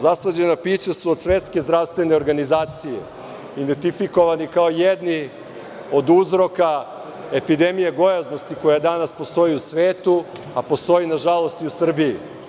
Zaslađena pića su od Svetske zdravstvene organizacije identifikovani kao jedni od uzroka epidemije gojaznosti koja danas postoji u svetu, a postoji, nažalost, i u Srbiji.